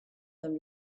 them